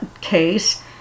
case